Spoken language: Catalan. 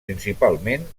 principalment